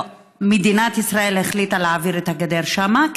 ומדינת ישראל החליטה להעביר את הגדר שם.